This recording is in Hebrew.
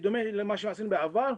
בדומה למה שעשינו בעבר,